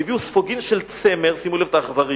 והביאו ספוגין של צמר" שימו לב לאכזריות,